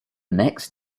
next